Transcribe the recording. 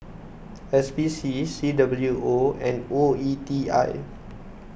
S P C C W O and O E T I